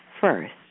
first